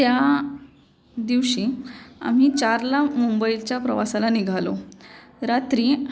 त्या दिवशी आम्ही चारला मुंबईच्या प्रवासाला निघालो रात्री